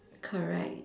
correct